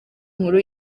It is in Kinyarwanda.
inkuru